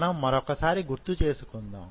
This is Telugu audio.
మనం మరొకసారి గుర్తుచేసుకుందాం